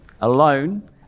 alone